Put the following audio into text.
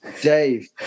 Dave